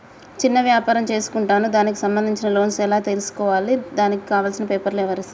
చిన్న వ్యాపారం చేసుకుంటాను దానికి సంబంధించిన లోన్స్ ఎలా తెలుసుకోవాలి దానికి కావాల్సిన పేపర్లు ఎవరిస్తారు?